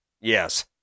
Yes